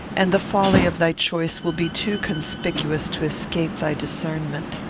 and the folly of thy choice will be too conspicuous to escape thy discernment.